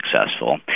successful